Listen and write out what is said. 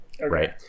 right